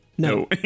no